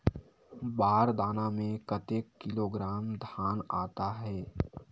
बार दाना में कतेक किलोग्राम धान आता हे?